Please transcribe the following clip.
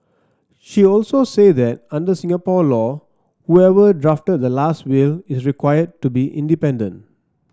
she also said that under Singapore law whoever drafted the last will is required to be independent